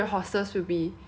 the one big